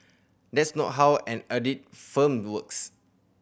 that's not how an audit firm works